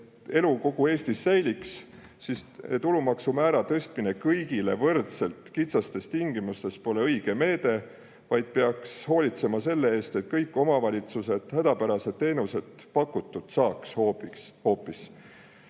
elu kogu Eestis säiliks, siis tulumaksumäära tõstmine kõigile võrdselt kitsastes tingimustes pole õige meede, vaid peaks hoolitsema selle eest, et kõik omavalitsused saaks hoopis hädapärased teenused pakutud. See on